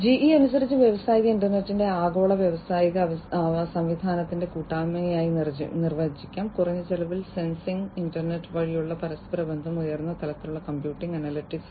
GE അനുസരിച്ച് വ്യാവസായിക ഇന്റർനെറ്റിനെ ആഗോള വ്യാവസായിക സംവിധാനത്തിന്റെ കൂട്ടായ്മയായി നിർവചിക്കാം കുറഞ്ഞ ചെലവ് സെൻസിംഗ് ഇന്റർനെറ്റ് വഴിയുള്ള പരസ്പരബന്ധം ഉയർന്ന തലത്തിലുള്ള കമ്പ്യൂട്ടിംഗ് അനലിറ്റിക്സ്